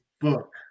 book